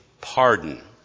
pardon